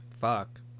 Fuck